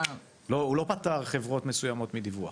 הוא לא פתר חברות מסוימות מדיווח.